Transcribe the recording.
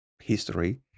history